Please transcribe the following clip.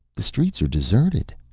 the streets are deserted,